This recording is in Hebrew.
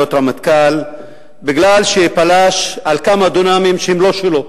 רמטכ"ל מפני שפלש לכמה דונמים שהם לא שלו